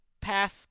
pass